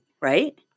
right